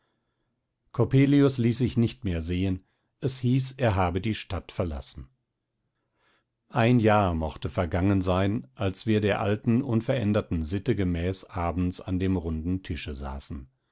coppelius ließ sich nicht mehr sehen es hieß er habe die stadt verlassen ein jahr mochte vergangen sein als wir der alten unveränderten sitte gemäß abends an dem runden tische saßen